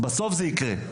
בסוף זה יקרה,